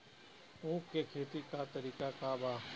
उख के खेती का तरीका का बा?